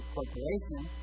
Corporation